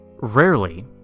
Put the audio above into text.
Rarely